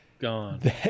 gone